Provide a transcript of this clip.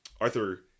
Arthur